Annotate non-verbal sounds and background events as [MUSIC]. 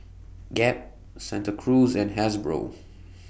Gap Santa Cruz and Hasbro [NOISE]